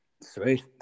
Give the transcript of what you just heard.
Sweet